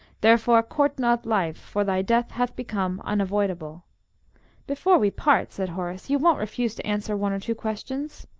therefore court not life, for thy death hath become unavoidable before we part, said horace, you won't refuse to answer one or two questions?